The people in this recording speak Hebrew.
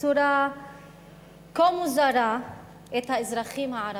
בצורה כה מוזרה את האזרחים הערבים.